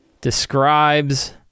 describes